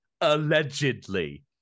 Allegedly